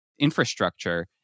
infrastructure